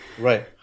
Right